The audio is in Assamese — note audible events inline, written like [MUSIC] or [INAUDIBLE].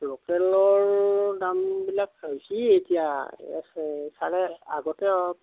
লোকেলৰ দামবিলাক হৈছে এতিয়া [UNINTELLIGIBLE] চাৰে আগতে [UNINTELLIGIBLE]